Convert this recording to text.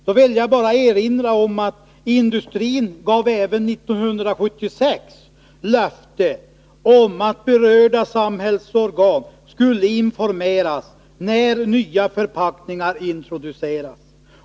Jag vill då bara erinra om att industrin även 1976 gav löften om att berörda samhällsorgan skulle informeras när nya förpackningar introduceras.